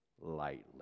lightly